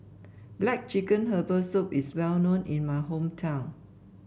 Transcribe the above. black chicken Herbal Soup is well known in my hometown